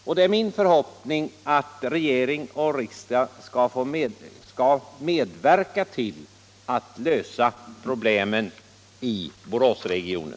Och det är min förhoppning att regering och riksdag skall medverka till att lösa problemen inom Boråsregionen.